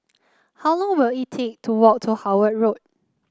how long will it take to walk to Howard Road